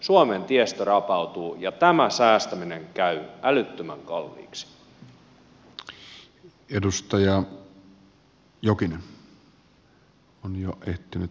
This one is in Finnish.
suomen tiestö rapautuu ja tämä säästäminen käy älyttömän kalliiksi